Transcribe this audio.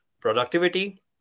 productivity